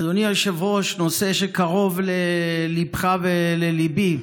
אדוני היושב-ראש, נושא שקרוב לליבך ולליבי: